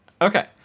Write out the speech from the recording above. Okay